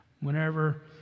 Whenever